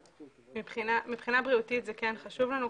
מבחינה בריאותית זה כן חשוב לנו.